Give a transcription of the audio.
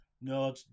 No